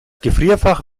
gefrierfach